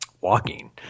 walking